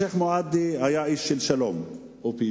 השיח' מועדי היה איש של שלום ופיוס,